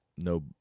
no